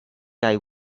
day